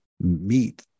meat